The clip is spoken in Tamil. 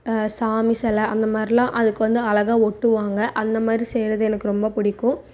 சாமி சிலை அந்த மாரிலாம் அதுக்கு வந்து அழகாக ஒட்டுவாங்க அந்த மாதிரி செய்கிறது எனக்கு ரொம்ப பிடிக்கும்